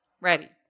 Ready